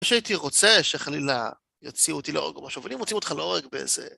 מה שהייתי רוצה, שחלילה יוציאו אותי להורג או משהו, אבל אם הוציאו אותך להורג באיזה...